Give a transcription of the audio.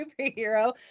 superhero